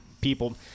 people –